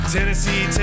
Tennessee